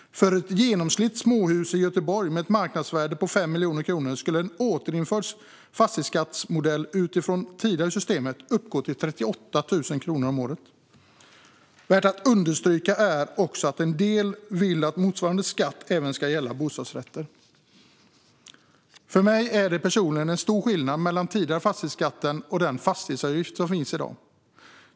För ett genomsnittligt småhus i Göteborg, med ett marknadsvärde på 5 miljoner kronor, skulle en återinförd fastighetsskatt med modell utifrån det tidigare systemet uppgå till 38 000 kronor om året. Värt att understryka är också att en del vill att motsvarande skatt även ska gälla bostadsrätter. För mig personligen är det en stor skillnad mellan den tidigare fastighetsskatten och den fastighetsavgift som finns i dag.